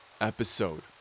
episode